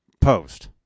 post